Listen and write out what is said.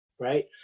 right